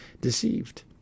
deceived